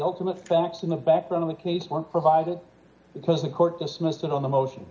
ultimate fact in the background of the case one provided because the court dismissed it on the motion